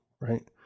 right